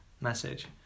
message